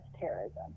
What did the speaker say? terrorism